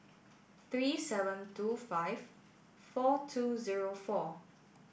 three seven two five four two zero four